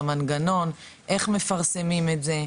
המנגנון איך מפרסמים את זה,